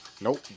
Nope